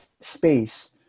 space